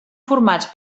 formats